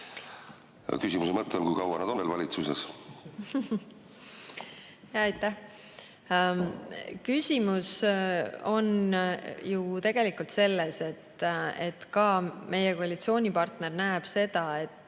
Küsimuse mõte on, kui kaua nad on veel valitsuses. Aitäh! Küsimus on ju tegelikult selles, et ka meie koalitsioonipartner näeb seda, et